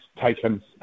taken